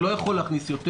הוא לא יכול להכניס יותר.